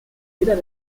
jeder